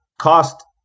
cost